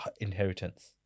inheritance